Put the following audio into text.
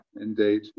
indeed